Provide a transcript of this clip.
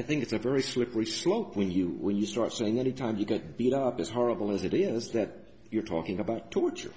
i think it's a very slippery slope when you when you start saying anytime you get beat up as horrible as it is that you're talking about torture